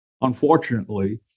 unfortunately